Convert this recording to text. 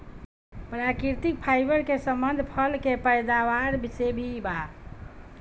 प्राकृतिक फाइबर के संबंध फल के पैदावार से भी बा